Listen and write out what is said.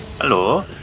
Hello